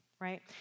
right